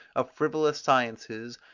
of frivolous sciences,